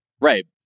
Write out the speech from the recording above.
Right